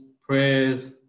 prayers